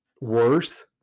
worse